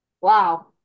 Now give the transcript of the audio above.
Wow